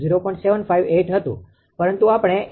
758 હતું પરંતુ આપણે 𝑥𝑐30